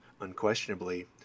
unquestionably